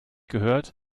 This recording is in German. gehört